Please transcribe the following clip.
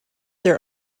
their